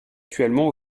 actuellement